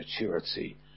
maturity